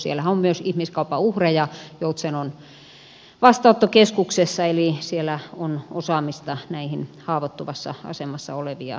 siellä joutsenon vastaanottokeskuksessahan on myös ihmiskaupan uhreja eli siellä on osaamista näitä haavoittuvassa asemassa olevia ryhmiä ajatellen